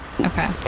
Okay